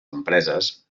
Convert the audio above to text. empreses